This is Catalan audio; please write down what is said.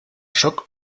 sóc